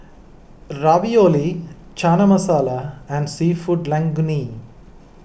Ravioli Chana Masala and Seafood Linguine